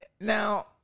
Now